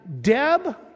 Deb